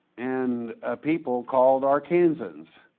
and a people called arkansans.